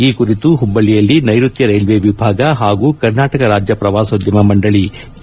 ಈ ಕುರಿತು ಹುಬ್ಬಳ್ಳಿಯಲ್ಲಿ ನೈರುತ್ಯ ರೈಲ್ವೇ ವಿಭಾಗ ಹಾಗೂ ಕರ್ನಾಟಕ ರಾಜ್ಯ ಪ್ರವಾಸೋದ್ಯಮ ಮಂಡಳಿ ಕೆ